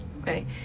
okay